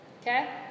okay